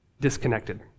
disconnected